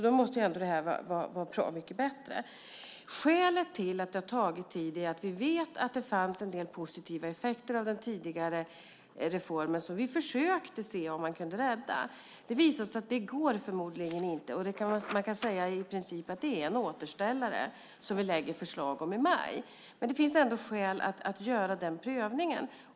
Då måste väl detta vara bra mycket bättre. Skälet till att det tagit tid är att vi vet att det fanns en del positiva effekter av den tidigare reformen som vi försökte se om vi kunde rädda. Det har visat sig att det förmodligen inte är möjligt, och man kan säga att vi i maj i princip kommer att lägga fram förslag om en återställare. Men det finns ändå skäl att göra den prövningen.